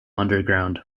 underground